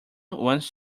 wants